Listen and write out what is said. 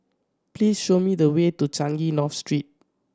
please show me the way to Changi North Street